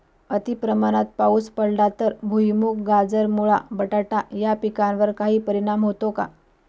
अतिप्रमाणात पाऊस पडला तर भुईमूग, गाजर, मुळा, बटाटा या पिकांवर काही परिणाम होतो का?